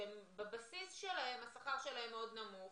שהשכר בבסיס הוא מאוד נמוך.